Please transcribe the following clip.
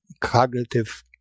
cognitive